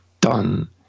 done